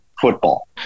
football